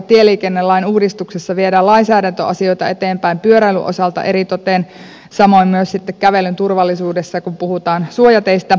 tieliikennelain uudistuksessa viedään lainsäädäntöasioita eteenpäin pyöräilyn osalta eritoten samoin myös sitten kävelyn turvallisuudessa kun puhutaan suojateistä